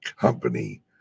company